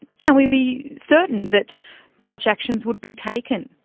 can we be certain that such actions would be taken?